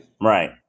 Right